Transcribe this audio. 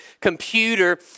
computer